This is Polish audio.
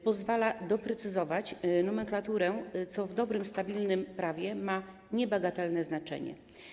Pozwala doprecyzować nomenklaturę, co w dobrym, stabilnym prawie ma niebagatelne znaczenie.